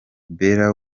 bella